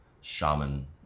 shaman